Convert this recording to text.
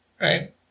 Right